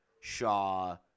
Shaw